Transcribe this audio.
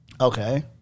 Okay